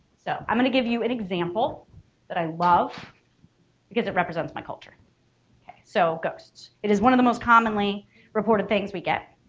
so i'm gonna give you an example that i love because it represents my culture so ghosts it is one of the most commonly reported things we get